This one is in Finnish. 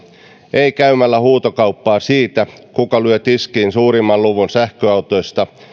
ei käymällä huutokauppaa siitä kuka lyö tiskiin suurimman luvun sähköautoista